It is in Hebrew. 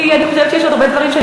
כי אני חושבת שיש עוד הרבה דברים שאני